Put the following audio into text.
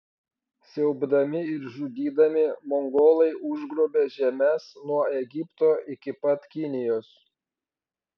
siaubdami ir žudydami mongolai užgrobė žemes nuo egipto iki pat kinijos